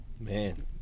Man